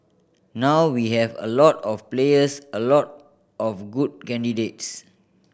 now we have a lot of players a lot of good candidates